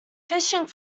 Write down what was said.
fishing